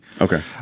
Okay